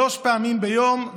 שלוש פעמים ביום,